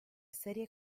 serie